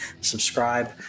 Subscribe